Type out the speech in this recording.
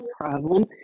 problem